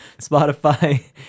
Spotify